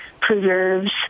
preserves